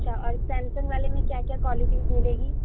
اچھا اور سیمسنگ والے میں کیا کیا کوالٹیز ملے گے